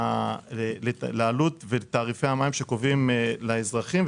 לעלות בתעריפי המים שקובעים לאזרחים,